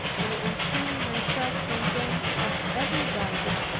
and on seeing myself condemned of everybody,